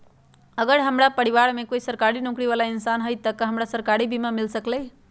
अगर हमरा परिवार में कोई सरकारी नौकरी बाला इंसान हई त हमरा सरकारी बीमा मिल सकलई ह?